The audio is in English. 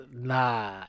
Nah